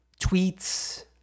tweets